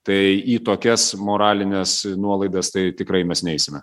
tai į tokias moralines nuolaidas tai tikrai mes neisime